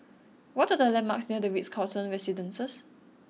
what are the landmarks near The Ritz Carlton Residences